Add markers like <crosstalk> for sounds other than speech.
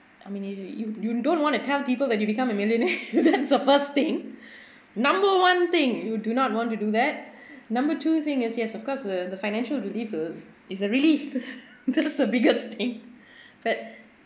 I mean if you you you don't want to tell people that you become a millionaire <laughs> that's the first thing <breath> number one thing you do not want to do that number two thing is yes of course the the financial relief uh is a relief <breath> that's the biggest thing but